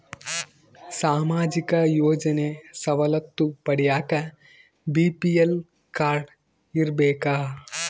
ಸಾಮಾಜಿಕ ಯೋಜನೆ ಸವಲತ್ತು ಪಡಿಯಾಕ ಬಿ.ಪಿ.ಎಲ್ ಕಾಡ್೯ ಇರಬೇಕಾ?